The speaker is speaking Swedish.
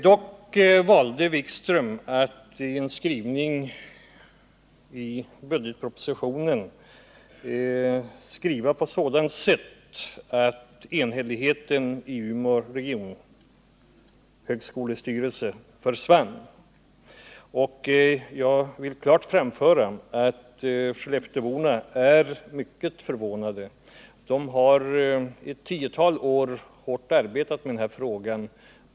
Dock valde statsrådet Wikström att i budgetpropositionen skriva på ett sådant sätt att enhälligheten i regionstyrelsen försvann. Jag vill klart framföra att skellefteåborna är mycket förvånade. De har i ett tiotal år arbetat hårt med denna fråga.